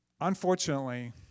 Unfortunately